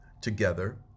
together